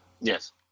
Yes